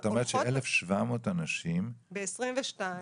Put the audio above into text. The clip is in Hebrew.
את אומרת ש-1,700 אנשים ב-2021,